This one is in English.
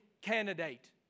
candidate